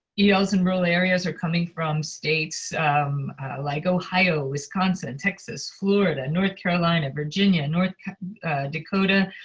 yeah els in rural areas are coming from states like ohio, wisconsin, texas, florida, north carolina, virginia, north dakota,